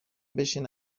بشینین